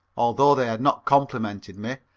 although they had not complimented me,